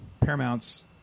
Paramount's